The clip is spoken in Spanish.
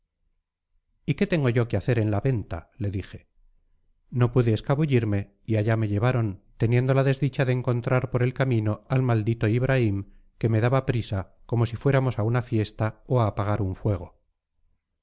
y qué tengo yo que hacer en la venta le dije no pude escabullirme y allá me llevaron teniendo la desdicha de encontrar por el camino al maldito ibraim que me daba prisa como si fuéramos a una fiesta o a apagar un fuego